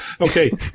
Okay